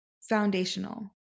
foundational